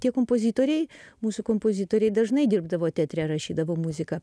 tie kompozitoriai mūsų kompozitoriai dažnai dirbdavo teatre rašydavo muziką